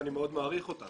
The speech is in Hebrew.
ואני מאוד מעריך אותם.